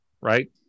Right